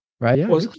Right